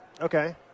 Okay